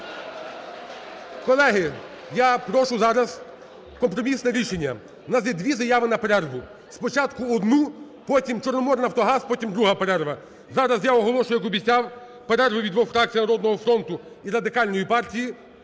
Колеги! Я прошу зараз компромісне рішення. В нас є дві заяви на перерву. Спочатку – одну, потім "Чорноморнафтогаз", потім – друга перерва. Зараз я оголошую, як і обіцяв, перерву від двох фракцій "Народного фронту" і Радикальної партії.